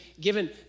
given